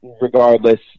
regardless